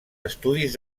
estudis